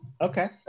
Okay